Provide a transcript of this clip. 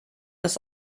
das